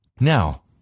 Now